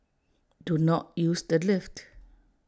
do not use the lift